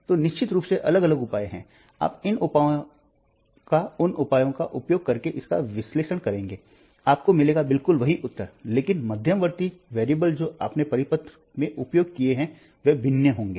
तो निश्चित रूप से अलग अलग उपाय हैं आप इन उपायों या उन उपायों का उपयोग करके इसका विश्लेषण करेंगे आपको मिलेगा बिल्कुल वही उत्तर लेकिन मध्यवर्ती चर जो आपने परिपथ में उपयोग किए हैं वे भिन्न होंगे